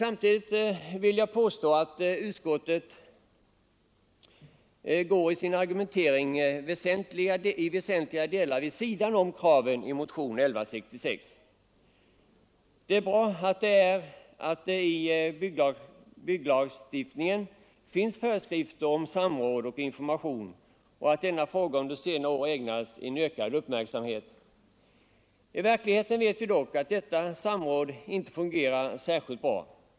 Samtidigt vill jag emellertid påstå att utskottet i sin argumentering i väsentliga delar går vid sidan om kraven i motionen. Det är bra att i bygglagstiftningen finns föreskrifter om samråd och information och att denna fråga under senare år har ägnats ökande uppmärksamhet. I verkligheten vet vi dock att detta samråd inte fungerar särskilt bra.